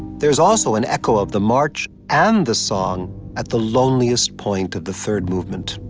there's also an echo of the march and the song at the loneliest point of the third movement.